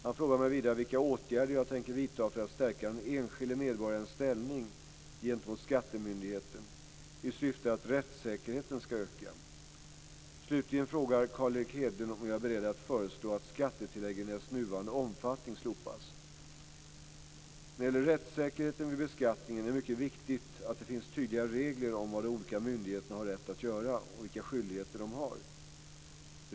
Han frågar mig vidare vilka åtgärder jag tänker vidta för att stärka den enskilde medborgarens ställning gentemot skattemyndigheten i syfte att rättssäkerheten ska öka. Slutligen frågar Carl Erik Hedlund om jag är beredd att föreslå att skattetilläggen i dess nuvarande omfattning slopas. När det gäller rättssäkerheten vid beskattningen är det mycket viktigt att det finns tydliga regler om vad de olika myndigheterna har rätt att göra och vilka skyldigheter de har.